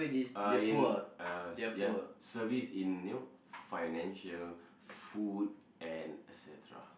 uh in uh ya service in you know financial food and et cetera